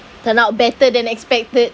turn out better than expected